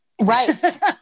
Right